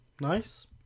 Nice